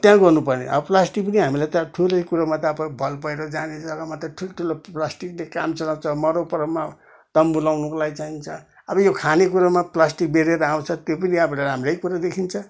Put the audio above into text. त्यहाँ गर्नपर्ने अब प्लास्टिक पनि हामीलाई त ठुलै कुरोमा त अब भल पहिरो जाने जग्गामा त ठुल ठुलो प्लास्टिकले काम चलाउँछ मरौपरौमा तम्बु लगाउनको लागि चाहिन्छ अब यो खाने कुरोमा प्लास्टिक बेरेर आउँछ त्यो पनि अब राम्रै कुरो देखिन्छ